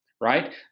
right